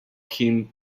him